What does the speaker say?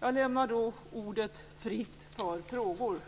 Jag lämnar ordet fritt för frågor.